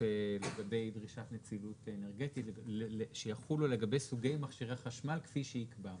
לגבי דרישת נצילות אנרגטית שיחולו לגבי מכשירי חשמל כפי שיקבע.